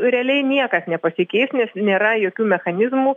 realiai niekas nepasikeis nes nėra jokių mechanizmų